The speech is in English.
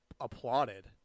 applauded